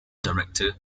director